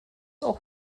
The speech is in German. auch